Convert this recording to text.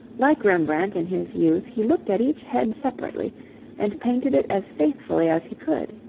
like rembrandt in his youth, he looked at each head separately and painted it as faithfully as he could.